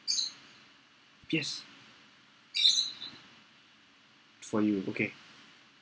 yes for you okay